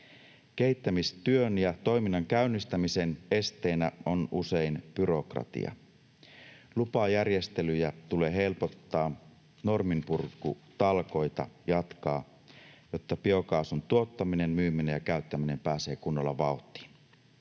Kehittämistyön ja toiminnan käynnistämisen esteenä on usein byrokratia. Lupajärjestelyjä tulee helpottaa, norminpurkutalkoita jatkaa, jotta biokaasun tuottaminen, myyminen ja käyttäminen pääsee kunnolla vauhtiin.